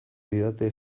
didate